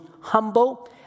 humble